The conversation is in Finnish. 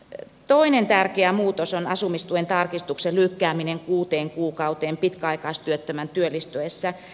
toinen tärkeä muutos on asumistuen tarkistuksen lykkääminen kuuteen kuukauteen pitkäaikaistyöttömän työllistyessä